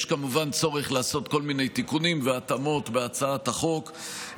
יש כמובן צורך לעשות כל מיני תיקונים והתאמות בהצעת החוק,